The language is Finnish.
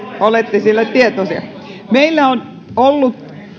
olette siellä tietoisia meillä on ollut